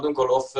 קודם כל לעופר,